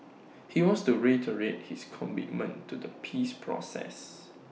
he wants to reiterate his commitment to the peace process